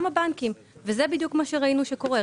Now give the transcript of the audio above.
בדיוק מה שראינו שקורה.